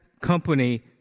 company